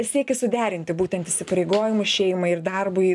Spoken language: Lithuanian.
siekis suderinti būtent įsipareigojimus šeimai ir darbui